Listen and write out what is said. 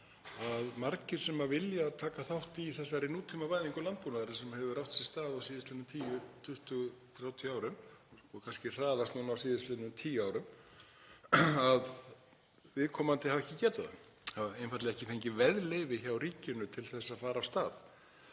að margir sem vilja taka þátt í þessari nútímavæðingu landbúnaðarins sem hefur átt sér stað á síðastliðnum tíu, 20, 30 árum, og kannski hraðast núna á síðastliðnum tíu árum, hafa ekki getað það, hafa einfaldlega ekki fengið veðleyfi hjá ríkinu til að fara af stað.